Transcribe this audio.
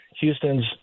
Houston's